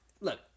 look